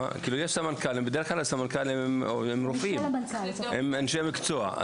בדרך כלל סמנכ"לים הם רופאים, אנשי מקצוע.